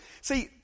See